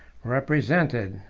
represented,